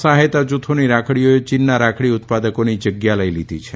સહાયતા જુથોની રાખડીઓએ ચીનના રાખડી ઉત્પાદકોની જગ્યા લઇ લીધી છે